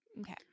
Okay